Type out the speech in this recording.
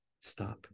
Stop